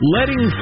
Letting